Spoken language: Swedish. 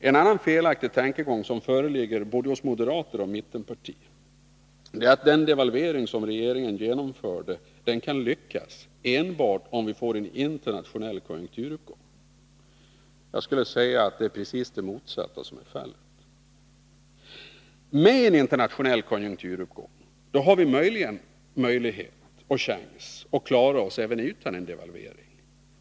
En annan felaktig tankegång som föreligger hos både moderaterna och mittenpartierna är att den devalvering som regeringen genomförde kan lyckas enbart om vi får en internationell konjunkturuppgång. Jag skulle vilja säga att det är precis det motsatta som är fallet. Med en internationell konjunkturuppgång hade vi möjligen chans att klara oss även utan en devalvering.